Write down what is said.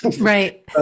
Right